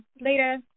Later